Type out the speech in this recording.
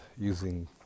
using